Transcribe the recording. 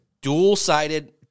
dual-sided